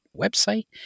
website